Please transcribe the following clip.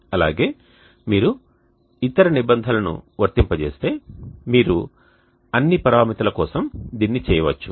అలాగే మీరు ఇతర నిబంధనలను వర్తింపజేస్తే మీరు అన్ని పరామితుల కోసం దీన్ని చేయవచ్చు